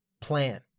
plan